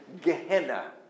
Gehenna